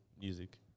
Music